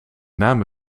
name